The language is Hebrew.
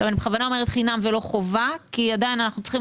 אני בכוונה אומרת חינם ולא חובה כי עדיין אנחנו צריכים